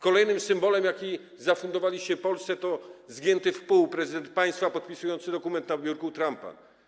Kolejnym symbolem, jaki zafundowaliście Polsce, jest zgięty w pół prezydent państwa podpisujący dokument na biurku Trumpa.